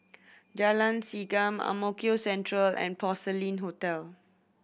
Jalan Segam Ang Mo Kio Central Three and Porcelain Hotel